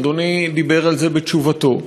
אדוני דיבר על זה בתשובתו,